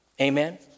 Amen